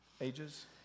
Ages